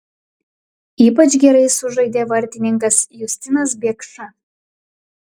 ypač gerai sužaidė vartininkas justinas biekša